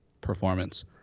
performance